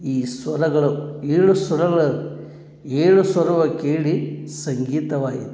ಈ ಸ್ವರಗಳು ಏಳು ಸ್ವರಗಳ ಏಳು ಸ್ವರವ ಕೇಳಿ ಸಂಗೀತವಾಯಿತು